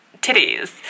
titties